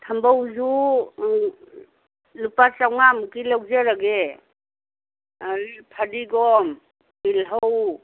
ꯊꯝꯕꯧꯖꯨ ꯂꯨꯄꯥ ꯆꯧꯉ꯭ꯋꯥꯃꯨꯛꯀꯤ ꯂꯧꯖꯔꯒꯦ ꯑꯗꯩ ꯐꯗꯤꯒꯣꯝ ꯇꯤꯜꯍꯧ